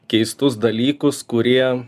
keistus dalykus kurie